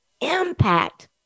impact